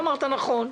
ואמרת נכון,